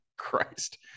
Christ